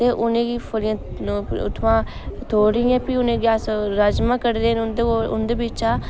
ते उनेंगी फलियां उत्थुआं तोड़ियै फ्ही उ'नेंगी अस राजमां कड्डदे न उं'दे कोल उं'दे बिच्चा